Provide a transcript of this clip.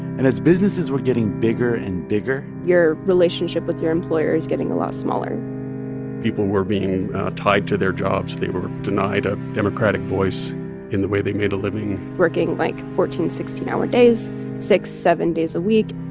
and as businesses were getting bigger and bigger. your relationship with your employer is getting a lot smaller people were being tied to their jobs. they were denied a democratic voice in the way they made a living working, like, fourteen, sixteen hour days six, seven days a week